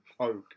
Okay